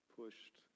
pushed